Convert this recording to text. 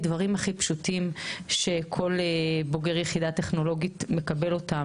הדברים הכי פשוטים שכל בוגר יחידה טכנולוגית מקבל אותם,